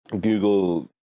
Google